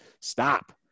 Stop